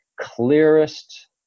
clearest